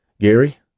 Gary